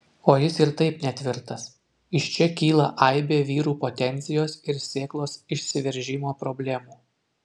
o jis ir taip netvirtas iš čia kyla aibė vyrų potencijos ir sėklos išsiveržimo problemų